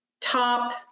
top